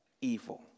evil